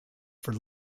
for